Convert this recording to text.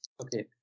Okay